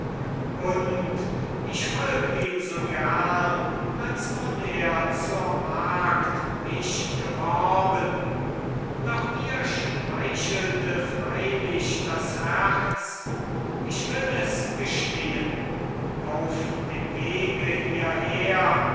und ich folgt ihm so gern als nun er zur magd mich geworben doch mir schmeichelte freilich das herz ich will es gestehen auf dem wege hierher